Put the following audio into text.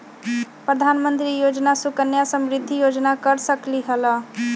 प्रधानमंत्री योजना सुकन्या समृद्धि योजना कर सकलीहल?